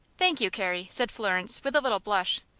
thank you, carrie, said florence, with a little blush.